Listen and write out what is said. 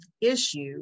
issue